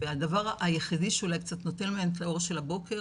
והדבר היחידי שאולי קצת נותן להם את האור של הבוקר,